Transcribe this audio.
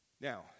Now